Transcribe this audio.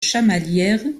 chamalières